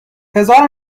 هزار